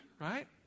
Right